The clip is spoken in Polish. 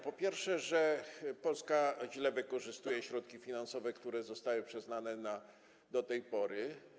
Po pierwsze, że Polska źle wykorzystała środki finansowe, które zostały przyznane do tej pory.